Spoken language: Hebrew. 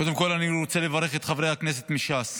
קודם כול אני רוצה לברך את חברי הכנסת מש"ס